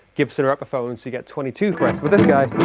gibson or epiphone, so you get twenty two frets with this guy